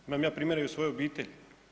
Imam ja primjera i u svojoj obitelji.